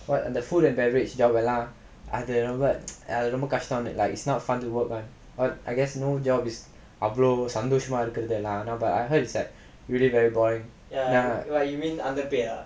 what அந்த:antha food and beverage job எல்லாம் அது ரொம்ப அது ரொம்ப கஷ்டம்:ellaam athu romba athu romba kastam it's not fun to work but but I guess no job is அவ்ளோ சந்தோசமா இருக்குறதெல்லா:avlo santhosamaa irukkurathellaa but I heard it's like really very boring